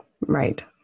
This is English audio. Right